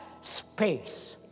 space